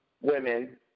women